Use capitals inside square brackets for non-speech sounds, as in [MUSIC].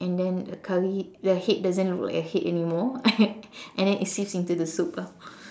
and then the curry the head doesn't look like a head anymore [LAUGHS] and then it seeps into the soup lah